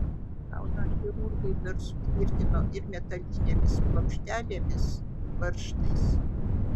kaulą chirurgai dar sutvirtino ir metalinėmis plokštelėmis varžtais